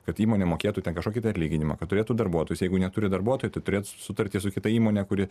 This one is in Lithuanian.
kad įmonė mokėtų ten kažkokį tai atlyginimą kad turėtų darbuotojus jeigu neturi darbuotojų tai turėti sutartį su kita įmone kuri